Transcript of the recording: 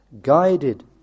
guided